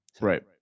right